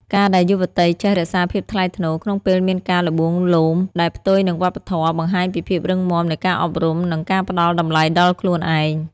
ការដែលយុវតីចេះ "រក្សាភាពថ្លៃថ្នូរ" ក្នុងពេលមានការល្បួងលោមដែលផ្ទុយនឹងវប្បធម៌ បង្ហាញពីភាពរឹងមាំនៃការអប់រំ និងការផ្ដល់តម្លៃដល់ខ្លួនឯង។